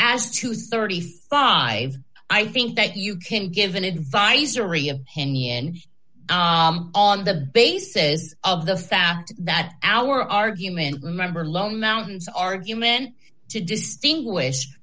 and thirty five i think that you can give an advisory opinion on the basis of the fact that our argument remember lone mountains argument to distinguish